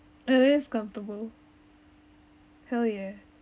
it is comfortable hell yeah